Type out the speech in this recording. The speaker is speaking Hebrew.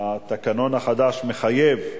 התקנון החדש מחייב.